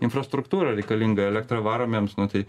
infrastruktūra reikalinga elektra varomiems nu tai